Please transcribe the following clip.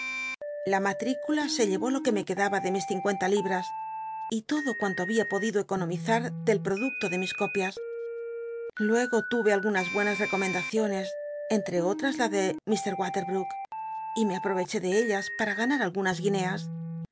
la matl'icula se lle ó lo que me tuedaba de mis cincuenta lilmts y todo cuanto babia podido economizar del producto de mis copias j uego tuve algu nas buenas recomendaciones entre otras la de ilr watedr ook y me apl'oieché de ellas para ganar algunas guineas